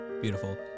Beautiful